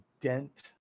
dent